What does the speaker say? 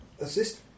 Assist